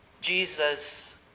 Jesus